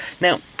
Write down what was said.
Now